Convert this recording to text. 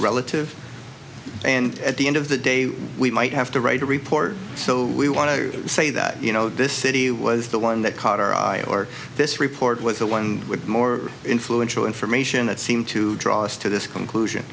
relative and at the end of the day we might have to write a report so we want to say that you know this city was the one that caught our eye or this report was the one with more influential information that seem to draw us to this conclusion